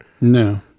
No